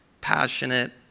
passionate